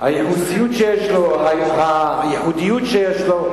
שהייחוסיות שיש לו, הייחודיות שיש לו,